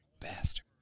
Bastard